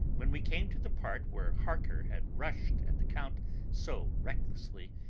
when we came to the part where harker had rushed at the count so recklessly,